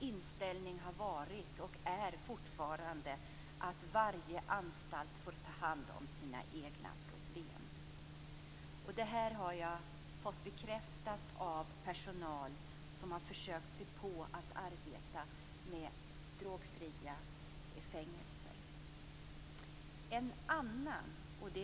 Inställningen har varit och är fortfarande att varje anstalt får ta hand om sina egna problem. Det har jag fått bekräftat av personal som har försökt att skapa drogfria fängelser.